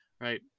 Right